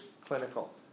clinical